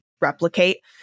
replicate